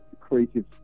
creative